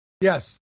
Yes